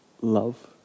love